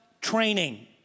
training